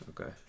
Okay